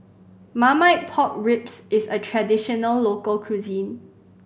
Marmite Pork Ribs is a traditional local cuisine